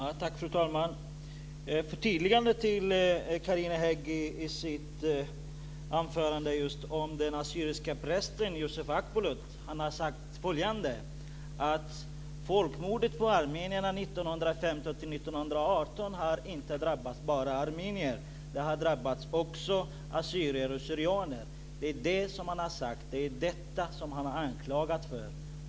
Fru talman! Jag vill göra ett förtydligande till det som Carina Hägg sade i sitt anförande om den assyriska prästen Yusuf Akbulut. Han har sagt följande: Folkmordet på armenierna 1915-1918 har inte drabbat bara armenier. Det har också drabbat assyrier och syrianer. Det är vad han har sagt. Det är detta som han har anklagats för.